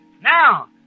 Now